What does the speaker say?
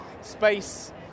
space